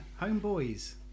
Homeboys